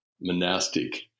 monastic